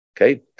okay